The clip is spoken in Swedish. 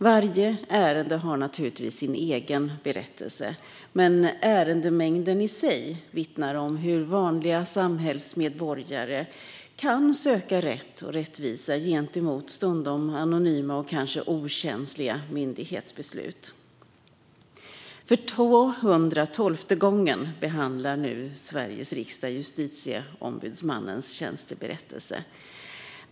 Varje ärende har naturligtvis sin egen berättelse, men ärendemängden i sig vittnar om hur vanliga samhällsmedborgare kan söka rätt och rättvisa gentemot stundom anonyma och kanske okänsliga myndighetsbeslut. För 212:e gången behandlar nu Sveriges riksdag tjänsteberättelsen från Justitieombudsmannen.